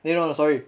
eh no no sorry